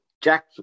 Jack